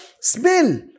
smell